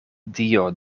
dio